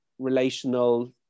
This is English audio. relational